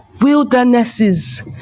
Wildernesses